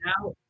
now